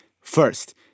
First